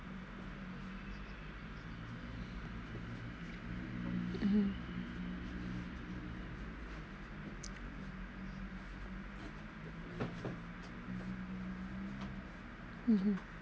mmhmm mmhmm